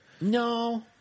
No